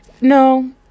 No